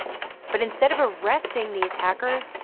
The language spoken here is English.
but instead of arresting the attackers,